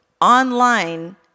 online